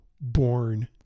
born